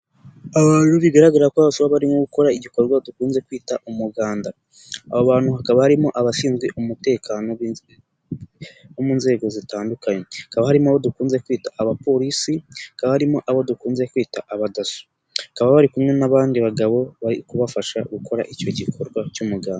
Abantu bigaragara ko abajura barimo gukora igikorwa dukunze kwita umuganda, aba bantu hakaba barimo abashinzwe umutekano binzobere, bo mu nzego zitandukanye, hakaba harimo abo dukunze kwita abapolisi, hakaba harimo abo dukunze kwita abadaso, bakaba bari kumwe n'abandi bagabo, bari kubafasha gukora icyo gikorwa cy'umuganda.